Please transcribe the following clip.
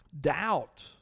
doubt